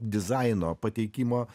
dizaino pateikimo